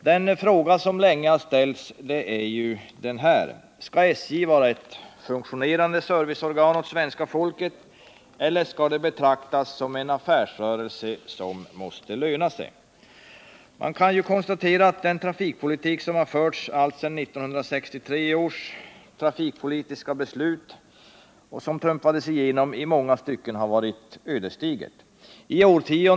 Den fråga som länge har ställts är ju: Skall SJ vara ett funktionerande serviceorgan åt svenska folket, eller skall det enbart betraktas som en affärsrörelse som måste löna sig? Man kan konstatera att den trafikpolitik som har förts alltsedan 1963 års trafikpolitiska beslut trumfades igenom i många stycken har varit ödesdiger.